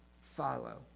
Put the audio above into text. follow